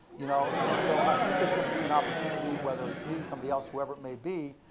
you know and so i think there's gonna be an opportunity, whether it's me, somebody else, whoever it may be,